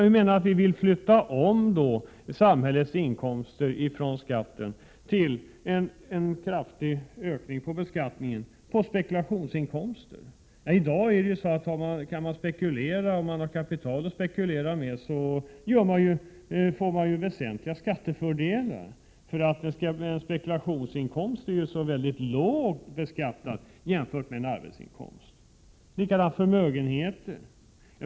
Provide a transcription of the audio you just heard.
Vi vill flytta om samhällets skatteinkomster till en kraftig ökning av beskattningen av spekulationsinkomster. I dag är det så att om man har kapital att spekulera med får man väsentliga skattefördelar. En spekulationsinkomst är mycket lågt beskattad i jämförelse med en arbetsinkomst. Likadant är det med förmögenheter.